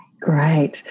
Great